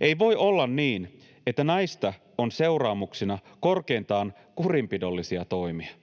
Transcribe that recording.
Ei voi olla niin, että näistä on seuraamuksena korkeintaan kurinpidollisia toimia.